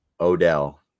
Odell